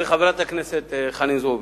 חברת הכנסת חנין זועבי,